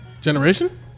Generation